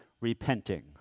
repenting